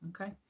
okay